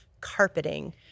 carpeting